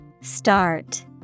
Start